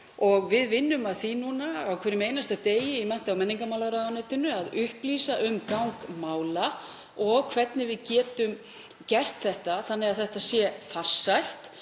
Við vinnum að því núna á hverjum einasta degi í mennta- og menningarmálaráðuneytinu að upplýsa um gang mála og hvernig við getum gert þetta þannig að það sé farsælt.